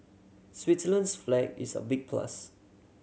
Switzerland's flag is a big plus